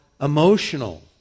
emotional